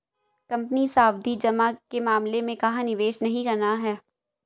Company सावधि जमा के मामले में कहाँ निवेश नहीं करना है?